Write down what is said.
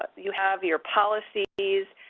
ah you have your policies,